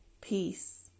peace